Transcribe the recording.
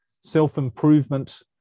self-improvement